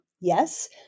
yes